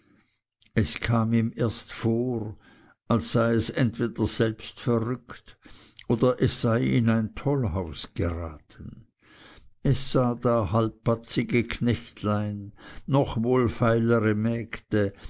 es kam ihm erst vor als sei es entweder selbst verrückt oder es sei in ein tollhaus geraten es sah da halbbatzige knechtlein noch wohlfeilere mägde